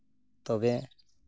ᱛᱚᱵᱮ